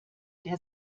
der